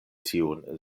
tiun